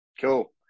Cool